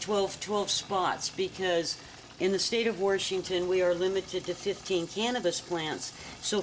twelve twelve spots because in the state of war shootin we are limited to fifteen cannabis plants so